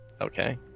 Okay